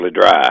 dry